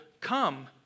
Come